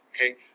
Okay